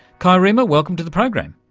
kai riemer, welcome to the program.